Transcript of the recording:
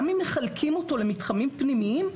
גם אם מחלקים אותו למתחמים פנימיים,